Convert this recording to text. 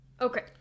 Okay